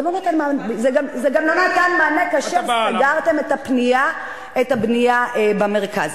זה גם לא נתן מענה כאשר סגרתם את הבנייה במרכז,